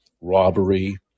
robbery